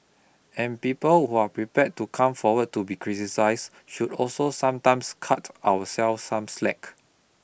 and people who are prepared to come forward to be criticised should also sometimes cut ourselves some slack